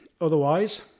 Otherwise